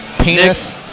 penis